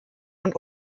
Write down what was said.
und